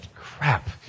crap